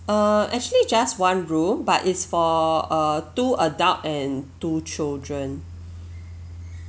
err actually just one room but it's for uh two adult and two children